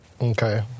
Okay